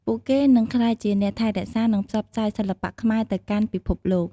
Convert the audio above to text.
ពួកគេនឹងក្លាយជាអ្នកថែរក្សា និងផ្សព្វផ្សាយសិល្បៈខ្មែរទៅកាន់ពិភពលោក។